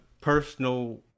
personal